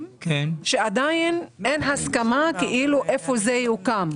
אך עדיין אין הסכמה איפה הם יוקמו.